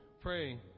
pray